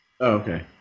okay